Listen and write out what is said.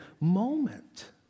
moment